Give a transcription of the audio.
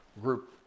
group